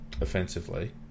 offensively